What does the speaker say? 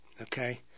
okay